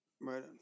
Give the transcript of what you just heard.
Right